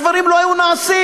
הדברים לא היו נעשים.